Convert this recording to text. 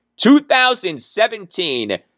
2017